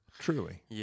Truly